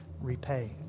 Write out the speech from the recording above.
repay